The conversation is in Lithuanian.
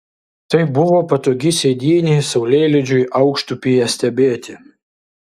tai buvo patogi sėdynė saulėlydžiui aukštupyje stebėti